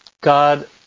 God